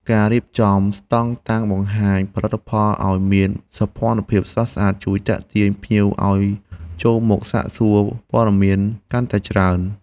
ការរៀបចំស្តង់តាំងបង្ហាញផលិតផលឱ្យមានសោភ័ណភាពស្រស់ស្អាតជួយទាក់ទាញភ្ញៀវឱ្យចូលមកសាកសួរព័ត៌មានកាន់តែច្រើន។